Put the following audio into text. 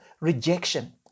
rejection